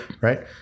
Right